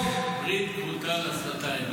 ברית כרותה לשפתיים?